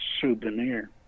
souvenir